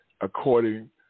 according